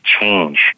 change